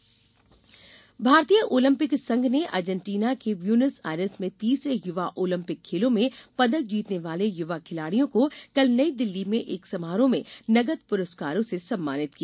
Olympic सम्मान भारतीय Olympic संघ ने अर्जेंटीना के ब्यूनस आयर्स में तीसरे युवा ओलम्पिक खेलों में पदक जीतने वाले युवा खिलाड़ियों को कल नईदिल्ली में एक समारोह में नगद पुरस्कारों से सम्मानित किया